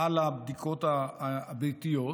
על הבדיקות הביתיות,